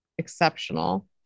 exceptional